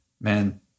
man